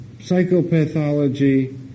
psychopathology